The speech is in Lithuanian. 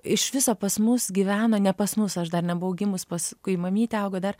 iš viso pas mus gyveno ne pas mus aš dar nebuvau gimus pas kai mamytė augo dar